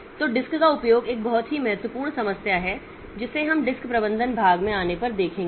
तो डिस्क का उपयोग एक बहुत ही महत्वपूर्ण समस्या है जिसे हम डिस्क प्रबंधन भाग में आने पर देखेंगे